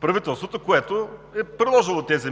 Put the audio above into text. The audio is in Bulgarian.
правителството, което е приложило тези